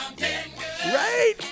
Right